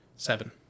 Seven